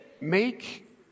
make